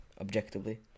objectively